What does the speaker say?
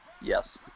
Yes